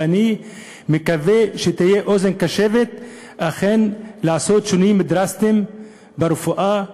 ואני מקווה שתהיה אוזן קשבת אכן לעשות שינויים דרסטיים ברפואה,